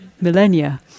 millennia